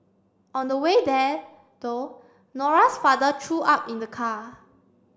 on the way there though Nora's father threw up in the car